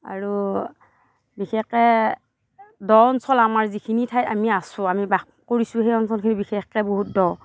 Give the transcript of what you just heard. আৰু বিশেষকৈ দ' অঞ্চল আমাৰ যিখিনি ঠাইত আমি আছো আমি বাস কৰিছোঁ সেই অঞ্চলখিনি বিশেষকৈ বহুত দ